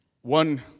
One